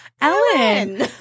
Ellen